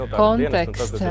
context